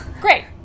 Great